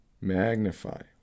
Magnify